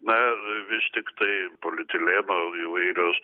na vis tiktai polietileno įvairios